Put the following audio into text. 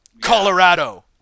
Colorado